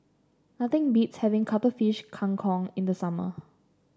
nothing beats having Cuttlefish Kang Kong in the summer